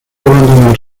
abandonar